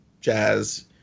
jazz